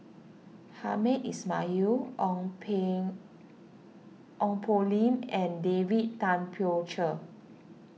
Hamed Ismail Ong ping Ong Poh Lim and David Tay Poey Cher